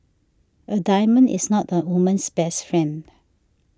a diamond is not a woman's best friend